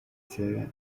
学院